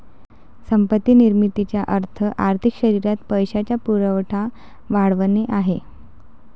संपत्ती निर्मितीचा अर्थ आर्थिक शरीरात पैशाचा पुरवठा वाढवणे आहे